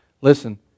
Listen